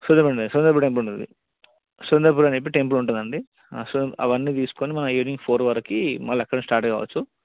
Surendrapuri Surendrapuri temple ఉంటుంది సురేంద్రపురి అని చెప్పి టెంపుల్ ఉంటుంది అండి సో అవన్నీ చూసుకుని మనము ఈవినింగ్ ఫోర్ వరకు మరల అక్కడ స్టార్ట్ కావచ్చు